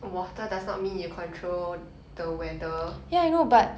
water does not mean you control the weather